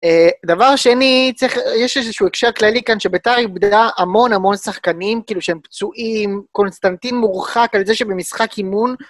דבר שני, יש איזשהו הקשר כללי כאן שביתר בדעה המון המון שחקנים, כאילו שהם פצועים, קונסטנטין מורחק על זה שבמשחק אימון...